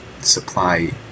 supply